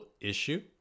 issue